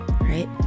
right